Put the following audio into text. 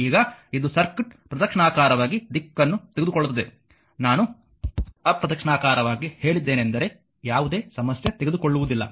ಈಗ ಇದು ಸರ್ಕ್ಯೂಟ್ ಪ್ರದಕ್ಷಿಣಾಕಾರವಾಗಿ ದಿಕ್ಕನ್ನು ತೆಗೆದುಕೊಳ್ಳುತ್ತದೆ ನಾನು ಅಪ್ರದಕ್ಷಿಣಾಕಾರವಾಗಿ ಹೇಳಿದ್ದೇನೆಂದರೆ ಯಾವುದೇ ಸಮಸ್ಯೆ ತೆಗೆದುಕೊಳ್ಳುವುದಿಲ್ಲ